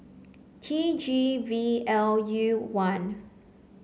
T G V L U one